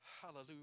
Hallelujah